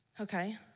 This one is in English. Okay